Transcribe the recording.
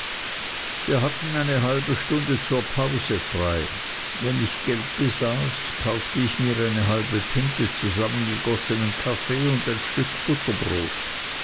wir hatten eine halbe stunde zur pause frei wenn ich geld besaß kaufte ich mir eine halbe pinte zusammengegossenen kaffee und ein stück butterbrot